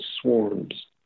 swarms